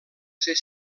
ser